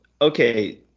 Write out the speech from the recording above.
Okay